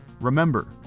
remember